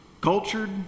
cultured